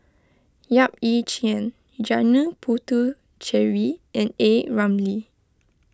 Yap Ee Chian Janil Puthucheary and A Ramli